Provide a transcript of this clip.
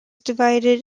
divided